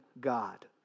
God